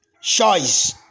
Choice